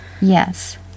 Yes